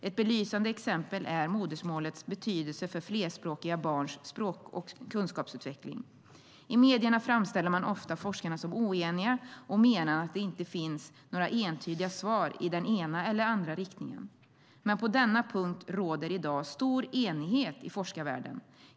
Ett belysande exempel är modersmålets betydelse för flerspråkiga barns språk och kunskapsutveckling. I medierna framställer man ofta forskarna som oeniga och menar att det inte finns några entydiga svar i den ena eller andra riktningen. Men på denna punkt råder i dag stor enighet i forskarvärlden.